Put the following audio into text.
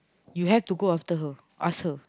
you have to go after her ask her